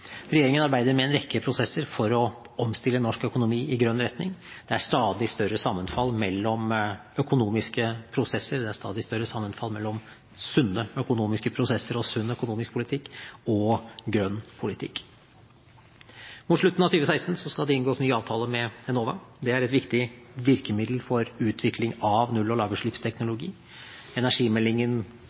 Regjeringen arbeider med en rekke prosesser for å omstille norsk økonomi i grønn retning. Det er stadig større sammenfall mellom økonomiske prosesser, det er stadig større sammenfall mellom sunne økonomiske prosesser og sunn økonomisk politikk og grønn politikk. Mot slutten av 2016 skal det inngås ny avtale med Enova. Det er et viktig virkemiddel for utvikling av null- og lavutslippsteknologi. Energimeldingen